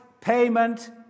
payment